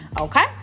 okay